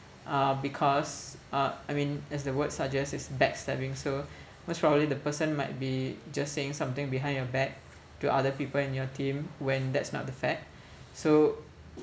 uh because uh I mean as the word suggests it's backstabbing so most probably the person might be just saying something behind your back to other people in your team when that's not the fact so